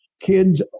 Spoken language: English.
kids